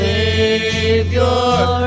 Savior